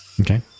Okay